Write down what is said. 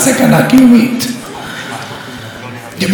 לצערי יש פה הימור על חיי אדם.